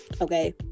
Okay